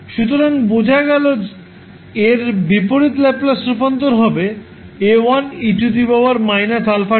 সুতরাং বোঝা গেল এর বিপরীত ল্যাপ্লাস রূপান্তর হবে 𝐴1𝑒−𝛼𝑡